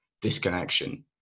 disconnection